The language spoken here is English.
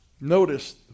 Notice